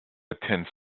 attend